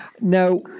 Now